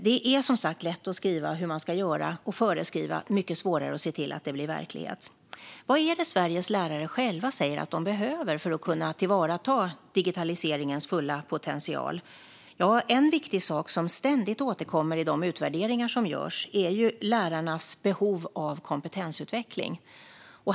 Det är lätt att skriva och föreskriva hur man ska göra och mycket svårare att se till att det blir verklighet. Vad är det Sveriges lärare själva säger att de behöver för att kunna tillvarata digitaliseringens fulla potential? En viktig sak som ständigt återkommer i de utvärderingar som görs är lärarnas behov av kompetensutveckling.